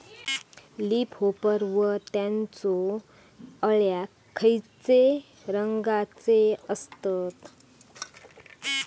Leaf hopper व त्यानचो अळ्या खैचे रंगाचे असतत?